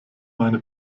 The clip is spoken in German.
meine